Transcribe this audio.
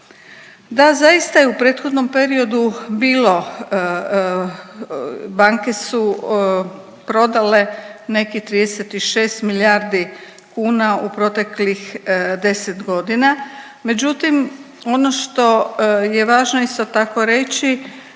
Da zaista je u prethodnom periodu bilo, banke su prodale nekih 36 milijardi kuna u proteklih 10 godina međutim ono što važno isto tako reći